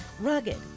Rugged